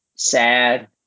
sad